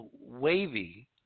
wavy